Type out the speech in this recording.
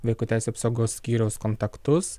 vaiko teisių apsaugos skyriaus kontaktus